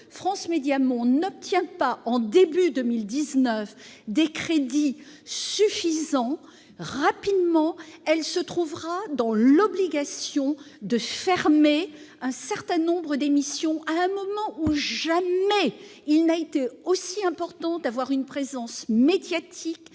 France Médias Monde n'obtient pas au début de 2019 des crédits suffisants, elle se trouvera rapidement dans l'obligation de supprimer un certain nombre d'émissions, à un moment où jamais il n'a été aussi important d'avoir une présence médiatique